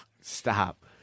stop